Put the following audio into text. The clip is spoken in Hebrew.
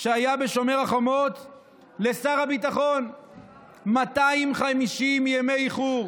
שהיה בשומר החומות, 250 ימי איחור.